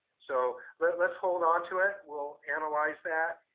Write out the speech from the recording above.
so but let's hold on to it. we'll analyze that.